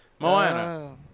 Moana